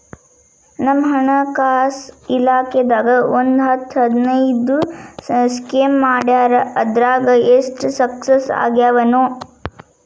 ನಮ್ ಹಣಕಾಸ್ ಇಲಾಖೆದಾಗ ಒಂದ್ ಹತ್ತ್ ಹದಿನೈದು ಸ್ಕೇಮ್ ಮಾಡ್ಯಾರ ಅದ್ರಾಗ ಎಷ್ಟ ಸಕ್ಸಸ್ ಆಗ್ಯಾವನೋ